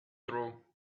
through